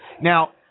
Now